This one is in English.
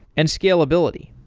and scalability.